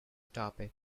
topic